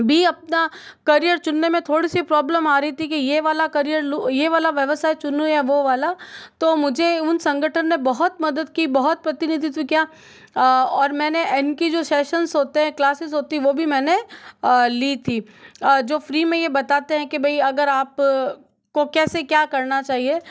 भी अपना कैरियर चुने में थोड़ी सी प्रॉब्लेम आ रही थी कि यह वाला कैरियर यह वाला व्यवसाय चुनूँ या वो वाला तो मुझे उन संगठन ने बहुत मदद की बहुत प्रतिनिधित्व किया और मैंने इनकी जो सेशन होते हैं क्लासेस होती हैं वो भी मैंने ली थी जो फ्री में यह बताते हैं कि अगर आपको कैसे क्या करना चाहिए